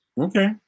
Okay